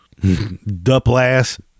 Duplass